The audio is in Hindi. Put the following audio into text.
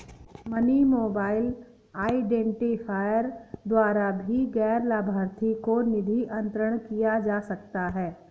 मनी मोबाइल आईडेंटिफायर द्वारा भी गैर लाभार्थी को निधि अंतरण किया जा सकता है